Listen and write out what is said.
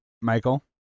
Michael